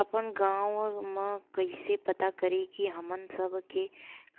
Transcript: आपन गाँव म कइसे पता करि की हमन सब के